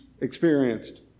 experienced